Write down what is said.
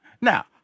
Now